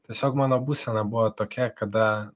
tiesiog mano būsena buvo tokia kada